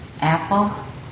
Apple